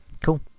cool